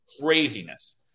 craziness